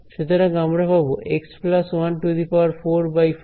সুতরাং আমরা পাব x 144